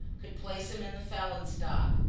could place him in the felon's dock,